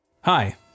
Hi